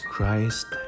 Christ